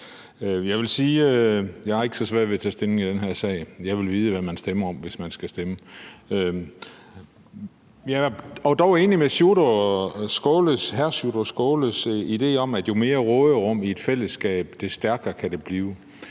Jeg har ikke så svært ved at tage stilling i den her sag. Jeg vil vide, hvad man stemmer om, hvis man skal stemme. Jeg er dog enig i hr. Sjúrður Skaales idé om, at jo mere råderum, der er i et fællesskab, des stærkere kan det blive.